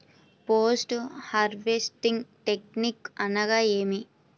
Post harvesting technique అనగా నేమి?